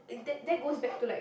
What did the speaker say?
that that goes back to like